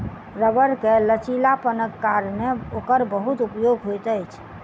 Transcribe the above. रबड़ के लचीलापनक कारणेँ ओकर बहुत उपयोग होइत अछि